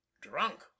drunk